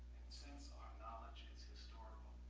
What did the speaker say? since our knowledge is historical,